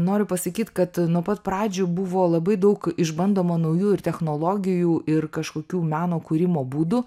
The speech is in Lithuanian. noriu pasakyt kad nuo pat pradžių buvo labai daug išbandoma naujų ir technologijų ir kažkokių meno kūrimo būdų